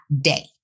day